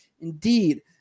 Indeed